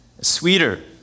sweeter